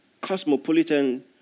cosmopolitan